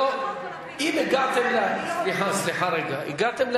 אין שום בעיה, אם הגעתם, אני, סליחה רגע.